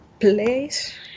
place